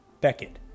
Beckett